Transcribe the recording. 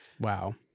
Wow